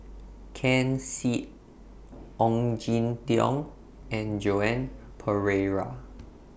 Ken Seet Ong Jin Teong and Joan Pereira